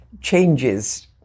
changes